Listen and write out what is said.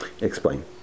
Explain